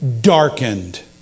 darkened